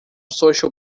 social